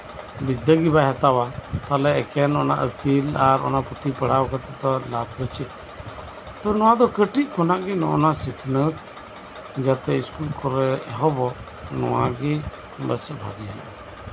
ᱵᱤᱫᱽᱫᱟᱹ ᱜᱮ ᱵᱟᱭ ᱦᱟᱛᱟᱣᱟ ᱛᱟᱞᱦᱮ ᱚᱱᱟ ᱮᱠᱮᱱ ᱯᱩᱛᱷᱤ ᱯᱟᱲᱦᱟᱣ ᱠᱟᱛᱮ ᱛᱚ ᱞᱟᱵᱷ ᱫᱚ ᱪᱮᱫ ᱛᱚ ᱠᱟᱹᱴᱤᱡ ᱠᱷᱚᱱᱟᱜ ᱜᱮ ᱱᱚᱜᱼᱚ ᱱᱚᱣᱟ ᱥᱤᱠᱷᱱᱟᱹᱛ ᱡᱟᱛᱮ ᱥᱠᱩᱞ ᱠᱚᱨᱮ ᱦᱚᱸᱵᱚ ᱱᱚᱣᱟ ᱜᱮ ᱵᱤᱥᱤ ᱵᱷᱟᱜᱤ ᱦᱩᱭᱩᱜ